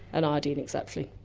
and iodine, exactly.